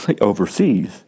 overseas